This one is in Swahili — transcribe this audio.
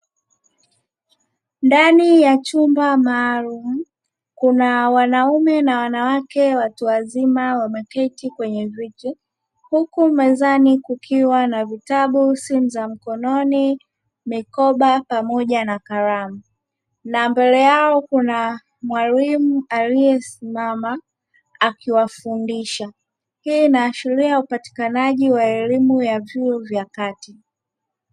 Ndani ya chumba maalum kuna wanaume na wanawake watu wazima wamekaa kwenye viti, huku mezani kukiwa na vitabu, simu za mkononi, mikoba pamoja na kalamu na mbele yao kuna mwalimu aliyesimama akiwafundisha. Hii inaashiria upatikanaji wa elimu ya vyuo vya kati.